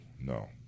no